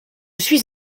suis